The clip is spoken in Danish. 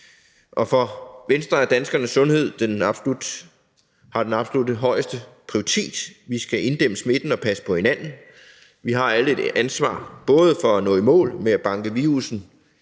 For Venstre har danskernes sundhed den absolut højeste prioritet. Vi skal inddæmme smitten og passe på hinanden. Vi har alle et ansvar både for at nå i mål med at banke virussen